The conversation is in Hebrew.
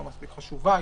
לא מספיק חשובה.